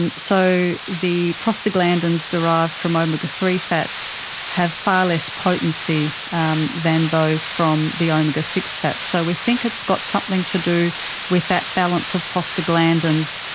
and so the prostaglandins derived from omega three fats have far less potency um than those from the omega six fats. so we think it's got something to do with that balance of prostaglandins,